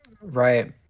right